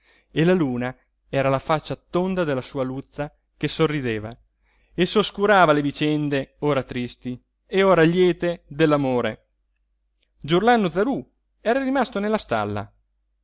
e la luna era la faccia tonda della sua luzza che sorrideva e s'oscurava alle vicende ora tristi e ora liete dell'amore giurlannu zarú era rimasto nella stalla